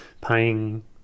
paying